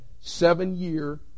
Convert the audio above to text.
seven-year